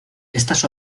estas